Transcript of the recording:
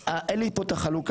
אין לי פה את החלוקה.